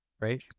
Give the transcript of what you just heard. Right